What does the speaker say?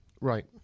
Right